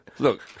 Look